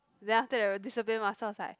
then after that the discipline master was like